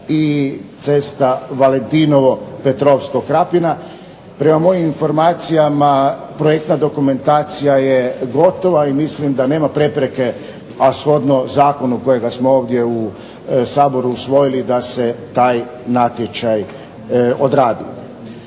i cesta Valentinovo-Petrovsko Krapina. Prema mojim informacijama projektna dokumentacija je gotova i mislim da nema prepreke, a shodno zakonu kojega smo ovdje u saboru usvojili da se taj natječaj odradi.